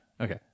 Okay